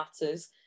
matters